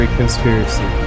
conspiracy